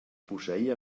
posseïa